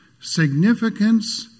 significance